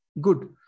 good